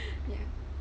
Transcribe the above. ya